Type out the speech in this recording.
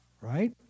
Right